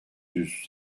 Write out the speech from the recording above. yüz